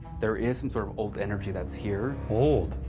there is some sort of old energy that's here. old?